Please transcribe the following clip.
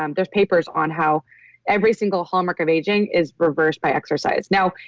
um there's papers on how every single hallmark of aging is reversed by exercise now,